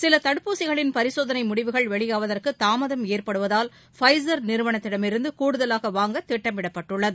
சில தடுப்பூசிகளின் பரிசோதனை முடிவுகள் வெளியாவதற்கு தாமதம் ஏற்படுவதால் ஃபைசர் நிறுவனத்திடமிருந்து கூடுதலாக வாங்க திட்டமிடப்பட்டுள்ளது